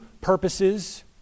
purposes